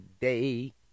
day